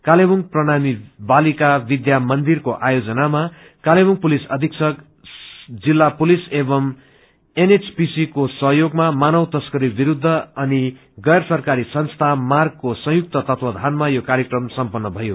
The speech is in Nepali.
कालेबुङ प्रणामी बालिका विद्या मन्दिरको आयोजनामा कालेवुङ पुलिस अविषक जिल्ला पुलिस एवं एनएचपीसी को सहयोगमा मानव तस्करी विरूद्ध अनि गैर सरकारी संथा मार्ग का संयुक्त तत्वावधानमा यो कार्यक्रम सम्पत्र भयो